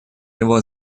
его